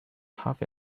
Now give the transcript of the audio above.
half